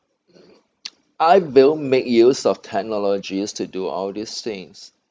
I will make use of technologies to do all these things